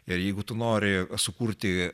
ir jeigu tu nori sukurti